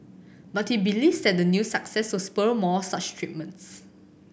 but he believes the new success will spur more such treatments